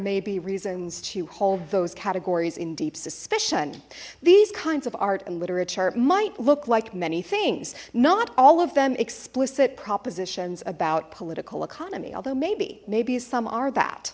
may be reasons to hold those categories in deep suspicions these kinds of art and literature might look like many things not all of them explicit propositions about political economy although maybe maybe some are that